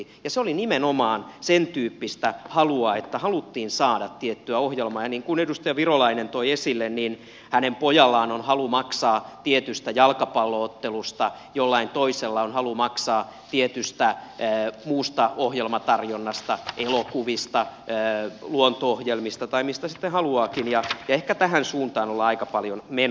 ja se oli nimenomaan sen tyyppistä halua että haluttiin saada tiettyä ohjelmaa ja niin kuin edustaja virolainen toi esille että hänen pojallaan on halu maksaa tietystä jalkapallo ottelusta jollain toisella on halu maksaa tietystä muusta ohjelmatarjonnasta elokuvista luonto ohjelmista tai mistä sitten haluaakin ja ehkä tähän suuntaan ollaan aika paljon menossa